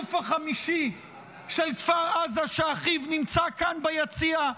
החטוף החמישי של כפר עזה, שאחיו נמצא כאן ביציע,